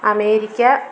America